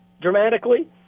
dramatically